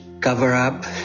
cover-up